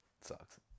sucks